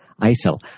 ISIL